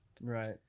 Right